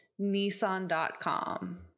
Nissan.com